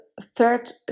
third